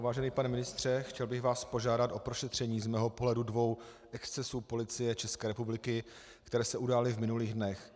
Vážený pane ministře, chtěl bych vás požádat o prošetření z mého pohledu dvou excesů Policie České republiky, které se udály v minulých dnech.